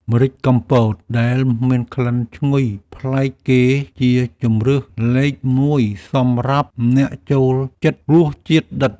ម្រេចកំពតដែលមានក្លិនឈ្ងុយប្លែកគេ ជាជម្រើសលេខមួយសម្រាប់អ្នកចូលចិត្តរសជាតិដិត។